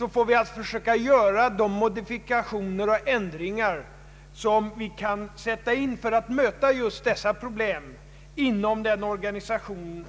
Vi får alltså försöka göra de modifikationer och ändringar som är möjliga för att möta problemen inom den organisation